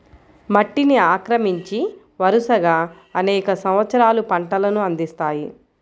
మట్టిని ఆక్రమించి, వరుసగా అనేక సంవత్సరాలు పంటలను అందిస్తాయి